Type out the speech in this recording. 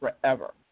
forever